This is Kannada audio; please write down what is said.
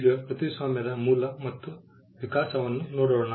ಈಗ ಕೃತಿಸ್ವಾಮ್ಯದ ಮೂಲ ಮತ್ತು ವಿಕಾಸವನ್ನು ನೋಡೋಣ